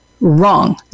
Wrong